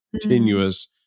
continuous